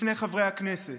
לפני חברי הכנסת?